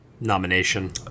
nomination